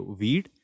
weed